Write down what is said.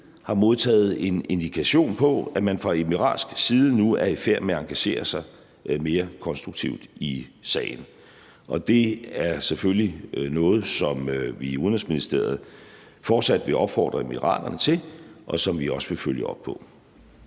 har modtaget en indikation på, at man fra De Forenede Arabiske Emiraters side nu er i færd med at engagere sig mere konstruktivt i sagen. Det er selvfølgelig noget, som vi i Udenrigsministeriet fortsat vil opfordre De Forenede Arabiske Emirater til, og som vi også vil følge op på.